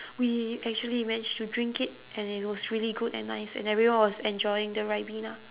we actually managed drink it and it was really good and nice and everyone was enjoying the riben